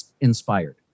inspired